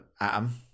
Atom